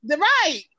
right